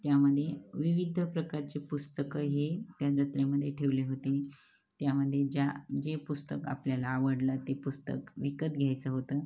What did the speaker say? त्यामध्ये विवध प्रकारची पुस्तकं हे त्या जत्रेमध्ये ठेवले होते त्यामध्ये ज्या जे पुस्तक आपल्याला आवडलं ते पुस्तक विकत घ्यायचं होतं